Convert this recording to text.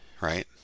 right